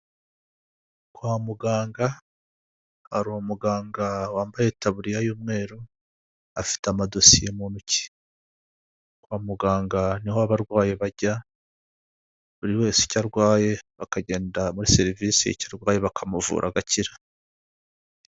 Kwa muganga hari umuganga wambaye itaburiya y'umweru afite amadosiye mu ntoki kwa muganga niho abarwaye bajya buri wese icyo arwaye akagenda muri serivisi icyo arwaye bakamuvura agakira.